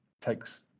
takes